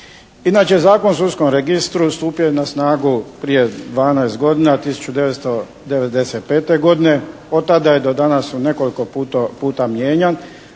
Inače, Zakon o sudskom registru stupio je na snagu prije dvanaest godina 1995. godine. Od tada je do danas nekoliko puta mijenjan